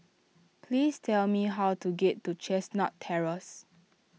please tell me how to get to Chestnut Terrace